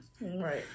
Right